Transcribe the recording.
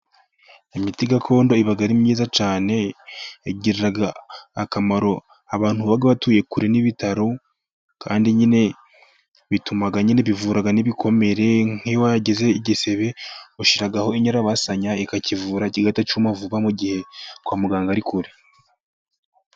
Imiti gakondo iba ari myiza cyane, igirira akamaro abantu baba batuye kure n'ibitaro, kandi nyine bituma nyine bivura n'ibikomere, nk'uwageze igisebe ushiraho inyabasanya ikakivura kigahita cyuma vuba mu gihe kwa muganga ari kure.